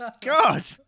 God